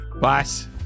Boss